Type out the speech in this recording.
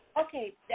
Okay